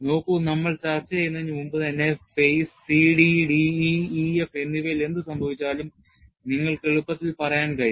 നോക്കൂ നമ്മൾ ചർച്ച ചെയ്യുന്നതിന് മുമ്പുതന്നെ ഫെയ്സ് CD DE EF എന്നിവയിൽ എന്ത് സംഭവിച്ചാലും നിങ്ങൾക്ക് എളുപ്പത്തിൽ പറയാൻ കഴിയും